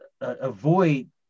avoid